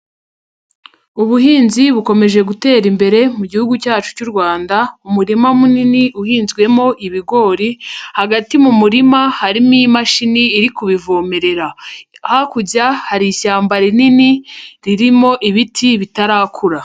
Ubuhinzi bukomeje gutera imbere mu gihugu cyacu cy'u Rwanda, umurima munini uhinzwemo ibigori, hagati mu murima harimo imashini iri kuvomerera. Hakurya hari ishyamba rinini ririmo ibiti bitarakura.